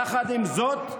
יחד עם זאת,